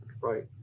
Right